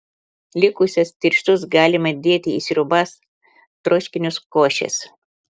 likusius tirščius galima dėti į sriubas troškinius košes